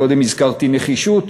קודם הזכרתי נחישות.